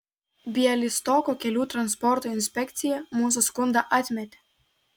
bialystoko kelių transporto inspekcija mūsų skundą atmetė